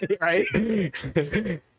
Right